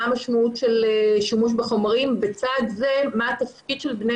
מה משמעות שימוש בחומרים ובצד זה מה התפקיד של בני